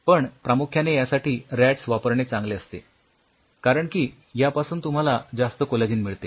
पण प्रामुख्याने यासाठी रॅटस वापरणे चांगले असते कारण की यापासून तुम्हाला जास्त कोलॅजिन मिळते